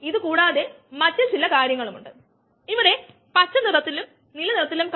ഈ വ്യതിയാനം നിമിഷങ്ങൾക്കുള്ളിൽ എഞ്ചിൻ നിർമ്മിക്കുന്ന നിരക്കിനെ ബാധിക്കില്ല